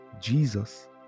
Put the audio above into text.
jesus